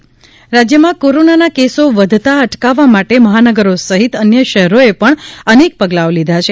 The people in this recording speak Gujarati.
વિવિધ પગલા કોરોના રાજ્યમાં કોરોનાના કેસોને વધતા અટકાવવા માટે મહાનગરો સહિત અન્ય શહેરોએ પણ અનેક પગલાઓ લીધા છે